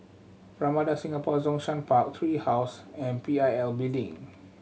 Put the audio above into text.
Ramada Singapore Zhongshan Park Tree House and P I L Building